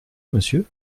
monsieur